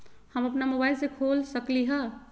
हम अपना मोबाइल से खोल सकली ह?